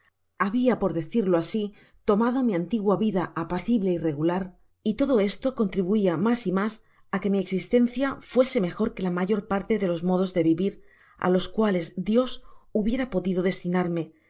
habla por decirlo asi tomado mi antigua vida apacible y regular y todo esto contribuia mas y mas á que mi existencia fuese mejor que la mayor parte de los modos de vivir á los cuales dios hubiera podido destinarme lo